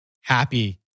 Happy